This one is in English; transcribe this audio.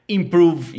improve